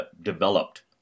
developed